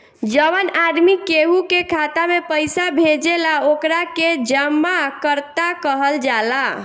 जवन आदमी केहू के खाता में पइसा भेजेला ओकरा के जमाकर्ता कहल जाला